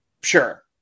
sure